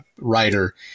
writer